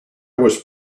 was